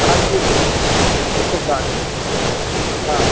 एक सौ साठ रुपया एक सौ साठ